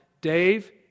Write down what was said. Dave